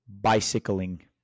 bicycling